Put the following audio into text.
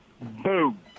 boom